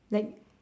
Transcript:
like